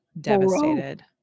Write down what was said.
devastated